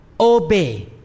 Obey